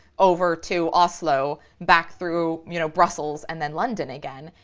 over to oslo back through you know brussels and then london again.